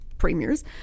premiers